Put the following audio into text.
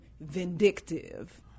vindictive